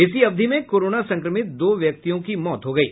इसी अवधि में कोरोना संक्रमित दो व्यक्ति की मौत हो गयी